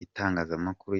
itangazamakuru